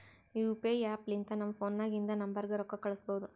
you P I app ಲಿಂತ ನಮ್ ಫೋನ್ನಾಗಿಂದ ನಂಬರ್ಗ ರೊಕ್ಕಾ ಕಳುಸ್ಬೋದ್